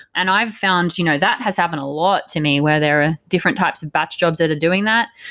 and i've found you know that has happened a lot to me, where there are different types of batch jobs that are doing that.